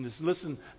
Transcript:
Listen